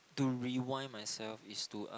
to rewind myself is to uh